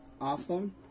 Awesome